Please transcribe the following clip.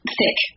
thick